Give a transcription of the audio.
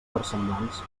versemblants